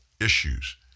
issues